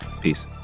Peace